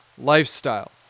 lifestyle